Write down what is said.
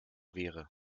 wäre